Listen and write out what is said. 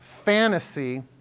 fantasy